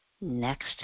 next